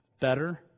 better